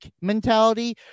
mentality